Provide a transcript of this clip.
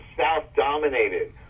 South-dominated